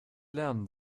lernen